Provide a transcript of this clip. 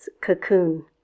cocoon